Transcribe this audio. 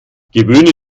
gewöhne